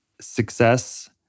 success